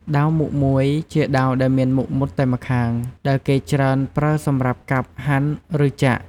ដាវមុខមួយ ជាដាវដែលមានមុខមុតតែម្ខាង ដែលគេច្រើនប្រើសម្រាប់កាប់ ហាន់ ឬចាក់។